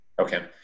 Okay